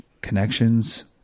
connections